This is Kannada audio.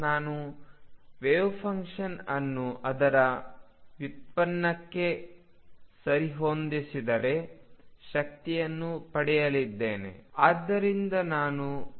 ನಾನು ವೆವ್ಫಂಕ್ಷನ್ ಅನ್ನು ಅದರ ವ್ಯುತ್ಪನ್ನಕ್ಕೆ ಸರಿಹೊಂದಿಸಿದರೆ ಶಕ್ತಿಯನ್ನು ಪಡೆಯಲಿದ್ದೇನೆ